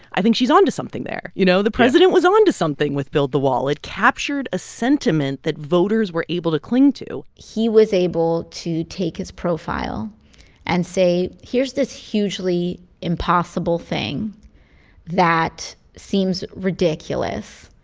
i think she's onto something there. you know, the president was onto something with build the wall. it captured a sentiment that voters were able to cling to he was able to take his profile and say, here's this hugely impossible thing that seems ridiculous,